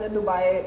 Dubai